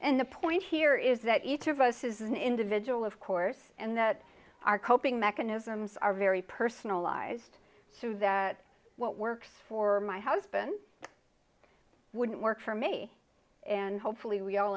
and the point here is that each of us is an individual of course and that are coping mechanisms are very personalized through that what works for my husband wouldn't work for me and hopefully we all